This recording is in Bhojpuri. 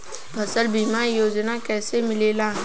फसल बीमा योजना कैसे मिलेला?